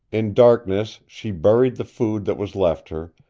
in darkness she buried the food that was left her,